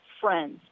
friends